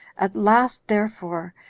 at last, therefore,